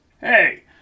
Hey